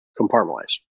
compartmentalized